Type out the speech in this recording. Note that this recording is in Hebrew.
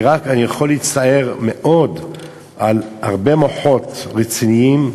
ואני רק יכול להצטער מאוד על הרבה מוחות רציניים